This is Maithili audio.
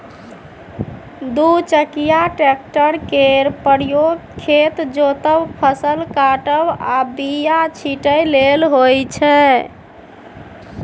दु चकिया टेक्टर केर प्रयोग खेत जोतब, फसल काटब आ बीया छिटय लेल होइ छै